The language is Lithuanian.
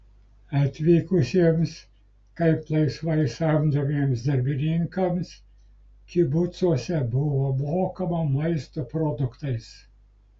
atvykusiems kaip laisvai samdomiems darbininkams kibucuose buvo mokama maisto produktais